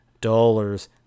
dollars